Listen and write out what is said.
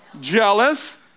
jealous